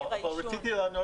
יש עלייה.